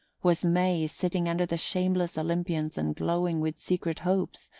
was may sitting under the shameless olympians and glowing with secret hopes,